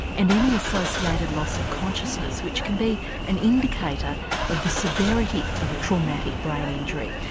and any associated loss of consciousness which can be an indicator of the severity of a traumatic brain injury.